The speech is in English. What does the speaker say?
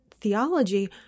theology